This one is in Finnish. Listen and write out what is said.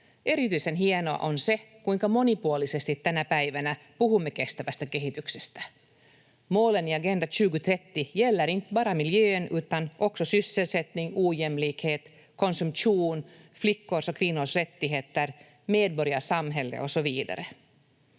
Erityisen hienoa on se, kuinka monipuolisesti tänä päivänä puhumme kestävästä kehityksestä. Målen i Agenda 2030 gäller inte bara miljön, utan också sysselsättning, ojämlikhet, konsumtion, flickors och kvinnors rättigheter, medborgarsamhället och